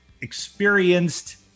experienced